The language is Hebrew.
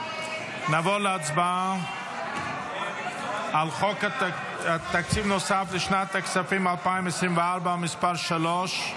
נעבור להצבעה על חוק תקציב נוסף לשנת הכספים 2024 (מס' 3),